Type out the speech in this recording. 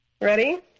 Ready